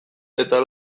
eta